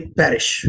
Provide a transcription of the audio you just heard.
perish